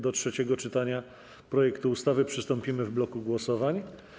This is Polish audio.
Do trzeciego czytania projektu ustawy przystąpimy w bloku głosowań.